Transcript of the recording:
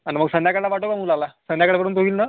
अन् मग संध्याकाळला पाठवू का मुलाला संध्याकाळपर्यंत होईल ना